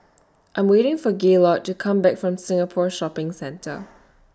I Am waiting For Gaylord to Come Back from Singapore Shopping Centre